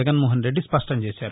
జగన్మోహన్రెడ్డి స్పష్టం చేశారు